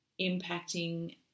impacting